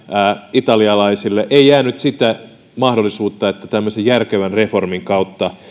italialaisille ei jäänyt sitä mahdollisuutta että tämmöisen järkevän reformin kautta